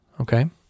Okay